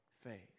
faith